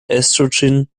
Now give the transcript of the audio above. estrogen